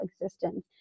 existence